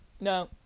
No